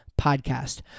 Podcast